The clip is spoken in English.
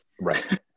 Right